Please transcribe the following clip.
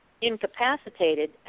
incapacitated